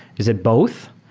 is it both?